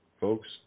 Folks